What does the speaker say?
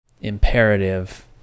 imperative